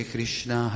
Krishna